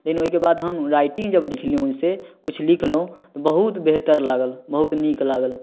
लेकिन ओहिके बाद हम राइटिन्ग जब लिखलहुँ ओहिसे किछु लिखलहुँ तऽ बहुत बेहतर लागल बहुत नीक लागल